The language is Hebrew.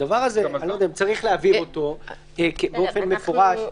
את הדבר הזה צריך להבהיר באופן מפורש.